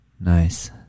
Nice